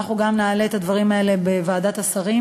אנחנו גם נעלה את הדברים האלה בוועדת השרים,